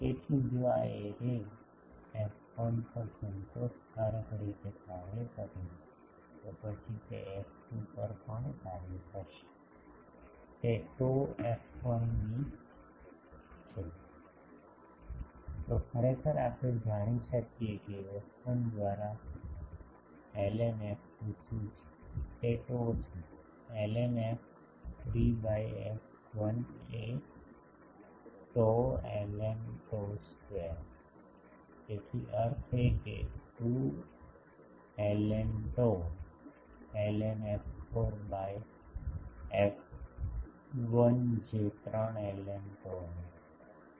તેથી જો આ એરે એફ 1 પર સંતોષકારક રીતે કાર્ય કરે છે તો પછી તે એફ 2 પર પણ કાર્ય કરશે તે tau એફ 1 ની તો ખરેખર આપણે જાણી શકીએ કે f1 દ્વારા ln f2 શું છે તે tau છે એલએન એફ 3 બાય એફ 1 કે tau ln tau square તેનો અર્થ એ કે 2 LN tau LN f4 by F 1 જે 3 એલએન tau હશે